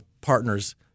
partners